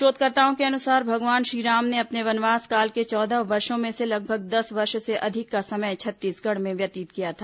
शोधकर्ताओं के अनुसार भगवान श्रीराम ने अपने वनवास काल के चौदह वर्षो में से लगभग दस वर्ष से अधिक का समय छत्तीसगढ़ में व्यतीत किया था